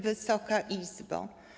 Wysoka Izbo!